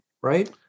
right